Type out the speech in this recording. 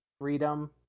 freedom